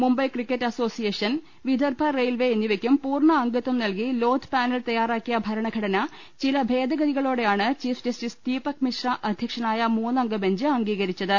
Mumbai cricket association Vidarbha railway എന്നിവയ്ക്കും പൂർണ അംഗത്വം നല്കി ലോധ പാനൽ തയ്യാറാക്കിയ ഭരണ ഘടന ചില ഭേദഗതികളോടെയാണ് ചീഫ് ജസ്റ്റിസ് ദീപക് മിശ്ര അധ്യക്ഷനായ മൂന്നാംഗ ബെഞ്ച് അംഗീക രിച്ചത്